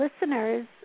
listeners